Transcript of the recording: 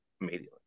immediately